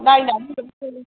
नायनानै हरसै